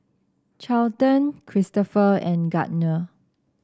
Charlton Christopher and Gardner